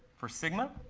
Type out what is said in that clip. for sigma.